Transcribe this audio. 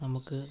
നമുക്ക്